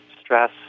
stress